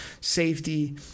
Safety